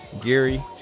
Gary